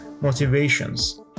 motivations